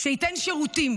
שייתן שירותים